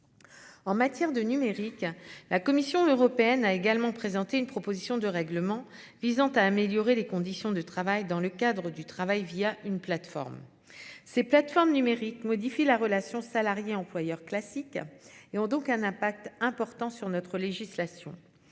En matière de numérique. La Commission européenne a également présenté une proposition de règlement visant à améliorer les conditions de travail dans le cadre du travail via une plateforme. Ces plateformes numériques modifie la relation salariés-employeurs classique et ont donc un impact important sur notre législation,